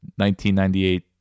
1998